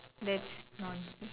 that's nonsense